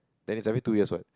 then it's only two years what